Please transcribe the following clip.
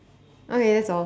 okay that's all